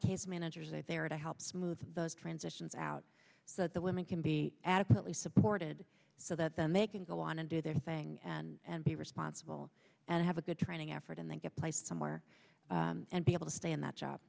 case managers they there to help smooth those transitions out so that the women can be adequately supported so that then they can go on and do their thing and be responsible and have a good training effort and then get placed somewhere and be able to stay in that job